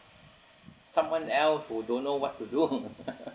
someone else who don't know what to do